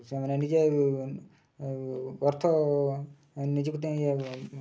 ସେମାନେ ନିଜେ ଅର୍ଥ ନିଜକୁ